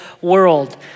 world